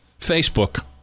Facebook